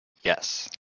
Yes